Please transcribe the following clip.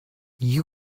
you